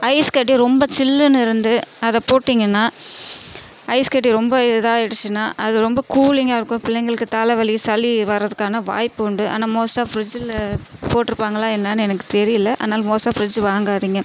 ice கட்டி ரொம்ப சில்லுனு இருந்து அதை போட்டீங்கன்னால் ஐஸ் கட்டி ரொம்ப இதாக ஆகிடிச்சின்னா அது ரொம்ப கூலிங்காக இருக்கும் பிள்ளைகளுக்கு தலைவலி சளி வரத்துக்கான வாய்ப்பு உண்டு ஆனால் மோஸ்ட்டாக ஃபிரிட்ஜில் போட்டிருப்பாங்களா என்னனு எனக்கு தெரியல அதனால் மோஸ்ட்டாக ஃபிரிட்ஜ் வாங்காதிங்க